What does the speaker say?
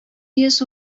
йөз